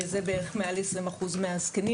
שזה בערך מעל 20% מהזקנים,